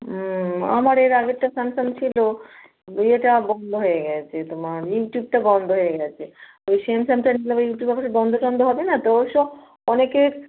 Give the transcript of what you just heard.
হুম আমার এর আগেরটা স্যামসং ছিলো এটা বন্ধ হয়ে গেছে তোমার ইউটিউবটা বন্ধ হয়ে গেছে ওই স্যামসাংটার কীভাবে ইউটিউব আবার বন্ধ টন্ধ হবে না তো অবশ্য অনেকের